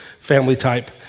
family-type